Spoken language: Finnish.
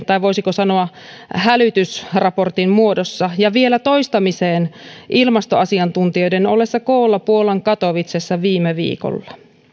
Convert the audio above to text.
tai voisiko sanoa hälytysraportin myös ipccn yhteen pilkku viiteen asteen muodossa ja vielä toistamiseen ilmastoasiantuntijoiden ollessa koolla puolan katowicessa viime viikolla